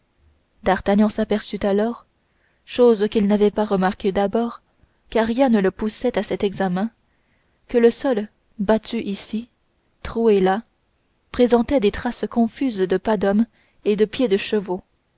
d'artagnan s'aperçut alors chose qu'il n'avait pas remarquée d'abord car rien ne le poussait à cet examen que le sol battu ici troué là présentait des traces confuses de pas d'hommes et de pieds de chevaux